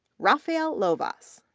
rafael lovas,